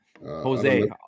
Jose